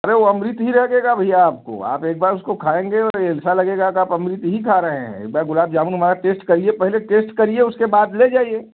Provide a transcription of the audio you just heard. अरे वो अमृत ही लगेगा भैया आपको आप एक बार उसको खाएंगे और ऐसा लगेगा कि आप अमृत ही खा रहे हैं एक बार गुलाब जामुन हमारा टेस्ट करिए पहले टेस्ट करिए उसके बाद ले जाइए